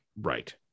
right